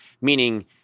Meaning